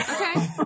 Okay